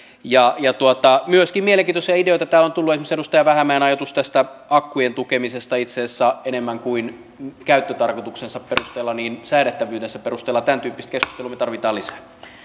myöskin mielenkiintoisia ideoita täällä on tullut esimerkiksi edustaja vähämäen ajatus tästä akkujen tukemisesta itse asiassa enemmän kuin käyttötarkoituksensa perusteella säädettävyytensä perusteella tämäntyyppistä keskustelua me tarvitsemme lisää